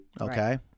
okay